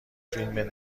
فیلم